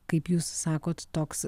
kaip jūs sakot toks